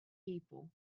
people